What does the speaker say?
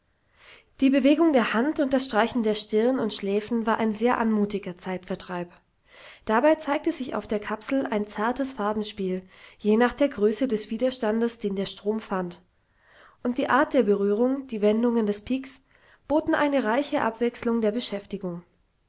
die bewegung der hand und das streichen der stirn und schläfen war ein sehr anmutiger zeitvertreib dabei zeigte sich auf der kapsel ein zartes farbenspiel je nach der größe des widerstandes den der strom fand und die art der berührung die wendungen des piks boten eine reiche abwechslung der beschäftigung